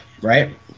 right